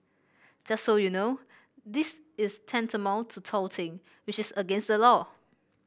just so you know this is tantamount to touting which is against the law